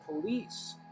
police